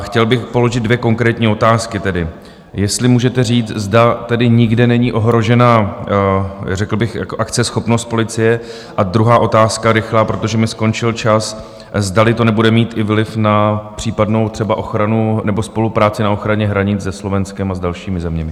Chtěl bych položit dvě konkrétní otázky, jestli můžete říct, zda tedy nikde není ohrožena řekl bych akceschopnost policie, a druhá otázka, rychlá, protože mi skončil čas, zdali to nebude mít i vliv na případnou třeba ochranu nebo spolupráci na ochraně hranic se Slovenskem a s dalšími zeměmi.